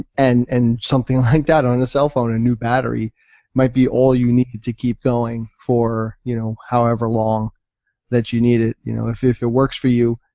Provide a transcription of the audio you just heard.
and and something like that on a cellphone, a new battery might be all you need to keep going for you know however long that you need it. you know if if it works for you,